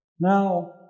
now